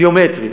המאגר הביומטרי,